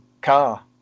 car